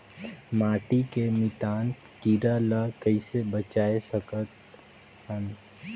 माटी के मितान कीरा ल कइसे बचाय सकत हन?